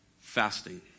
fasting